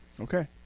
Okay